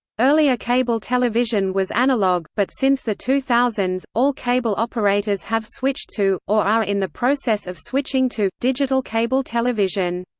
earlier cable television was analog, but since the two thousand s, all cable operators have switched to, or are in the process of switching to, digital cable television.